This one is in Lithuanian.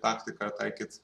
taktiką taikyt